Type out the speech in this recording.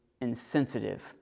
insensitive